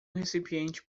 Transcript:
recipiente